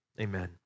Amen